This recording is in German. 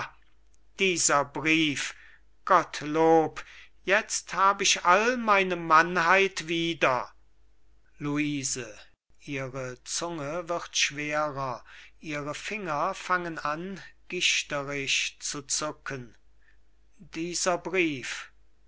dieser brief gottlob jetzt hab ich all meine mannheit wieder luise ihre zunge wird schwerer ihre finger fangen an gichterisch zu zucken dieser brief fasse